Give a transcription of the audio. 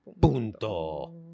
Punto